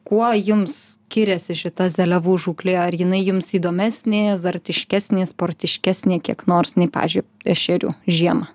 kuo jums skiriasi šita seliavų žūklė ar jinai jums įdomesnė azartiškesnė sportiškesnė kiek nors nei pavyzdžiui ešerių žiemą